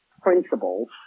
principles